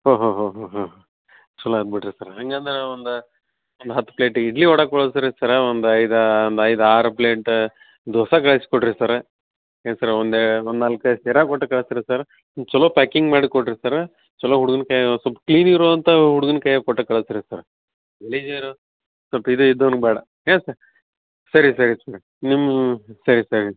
ಹಾಂ ಹಾಂ ಹಾಂ ಹಾಂ ಹಾಂ ಹಾಂ ಹಾಂ ಹಾಂ ಹಾಂ ಹಾಂ ಚಲೋ ಆತು ಬಿಡಿರಿ ಸರ ಹಂಗಂದ್ರೆ ಒಂದು ಒಂದು ಹತ್ತು ಪ್ಲೇಟ್ ಇಡ್ಲಿ ವಡೆ ಕಳ್ಸ್ ರೀ ಸರ ಒಂದು ಐದು ಒಂದು ಐದು ಆರು ಪ್ಲೇಟ್ ದೋಸೆ ಕಳ್ಸಿ ಕೊಡಿರಿ ಸರ ಏನು ಸರ ಒಂದೇ ಒಂದು ನಾಲ್ಕು ಐದು ಶಿರಾ ಕೊಟ್ಟು ಕಳ್ಸಿ ರೀ ಸರ್ ಚಲೋ ಪ್ಯಾಕಿಂಗ್ ಮಾಡಿ ಕೊಡಿರಿ ಸರ ಚಲೋ ಹುಡ್ಗನ ಕೈಯಲ್ಲಿ ಸ್ವಲ್ಪ್ ಕ್ಲೀನ್ ಇರುವಂಥ ಹುಡ್ಗನ ಕೈಯಾಗ ಕೊಟ್ಟು ಕಳ್ಸಿ ರೀ ಸರ್ ಗಲೀಜಿರೊ ಸ್ವಲ್ಪ್ ಇದು ಇದ್ದೋನಿಗೆ ಬೇಡ ಏನು ಸರ್ ಸರಿ ಸರಿ